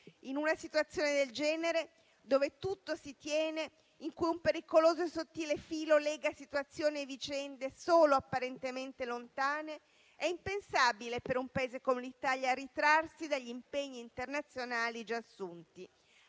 In una situazione del genere, dove tutto si tiene, in cui un pericoloso e sottile filo lega situazioni e vicende solo apparentemente lontane, è impensabile per un Paese come l'Italia ritrarsi dagli impegni internazionali già assunti.